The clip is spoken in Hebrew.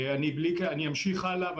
אני אמשיך הלאה,